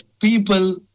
people